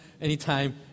Anytime